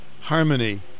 harmony